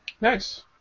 Nice